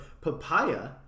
papaya